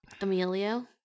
Emilio